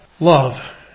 Love